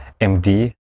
MD